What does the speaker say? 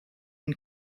and